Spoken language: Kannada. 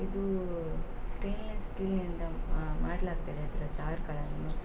ಇದು ಸ್ಟೇನ್ಲೆಸ್ ಸ್ಟೀಲ್ನಿಂದ ಮಾಡಲಾಗ್ತದೆ ಅದರ ಜಾರ್ಗಳನ್ನು